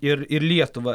ir ir lietuvą